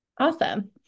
Awesome